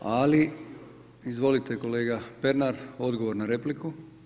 Izvolite kolega Pernar, odgovor na repliku.